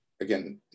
again